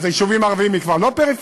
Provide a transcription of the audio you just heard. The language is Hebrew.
אז היישובים הערביים הם כבר לא פריפריה?